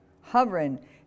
hovering